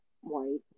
white